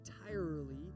entirely